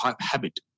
habit